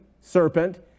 serpent